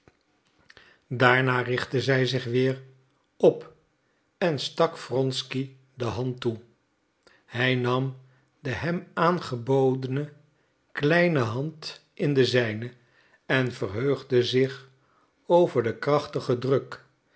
daarna richtte zij zich weer op en stak wronsky de hand toe hij nam de hem aangebodene kleine hand in de zijne en verheugde zich over den krachtigen druk